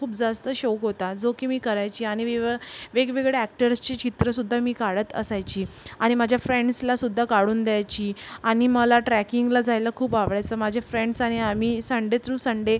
खूप जास्त शौक होता जो की मी करायची आणि विवं वेगवेगळ्या अॅक्टर्सची चित्रंसुद्धा मी काढत असायची आणि माझ्या फ्रेण्ड्सलासुद्धा काढून द्यायची आणि मला ट्रॅकिंगला जायला खूप आवडायचं माझे फ्रेण्ड्स आणि आम्ही संडे त्रू संडे